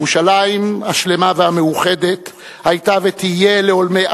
ירושלים השלמה והמאוחדת היתה ותהיה לעולמי